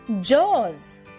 Jaws